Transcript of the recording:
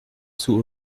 sous